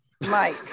mike